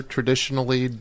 Traditionally